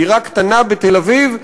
דירה קטנה בתל-אביב,